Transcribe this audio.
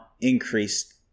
increased